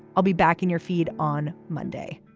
i'll be back in your feed on monday.